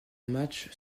matchs